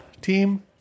team